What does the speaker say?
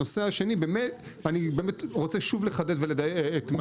הנושא השני אני רוצה שוב לחדד ולהצטרף